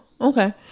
okay